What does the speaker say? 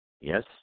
yes